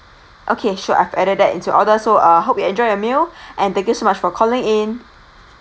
okay sure I've added that into your order so uh hope you enjoy your meal and thank you so much for calling in